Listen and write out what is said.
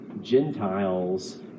Gentiles